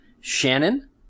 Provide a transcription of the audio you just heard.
Shannon